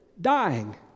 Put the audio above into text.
dying